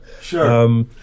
Sure